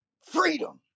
freedom